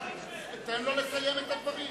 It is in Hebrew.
תן לו לסיים את הדברים.